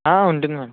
ఉంటుంది మ్యాడమ్